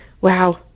wow